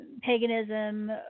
paganism